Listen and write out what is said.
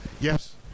yes